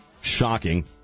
shocking